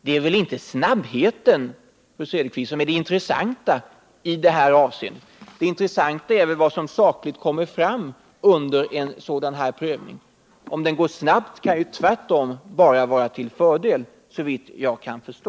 Det är väl inte snabbheten, fru Cederqvist, som är det intressanta, utan det intressanta är väl vad som sakligt kommer fram under en sådan prövning. Om det också går snabbt kan det tvärtom bara vara till fördel, såvitt jag kan förstå.